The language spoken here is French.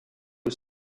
aux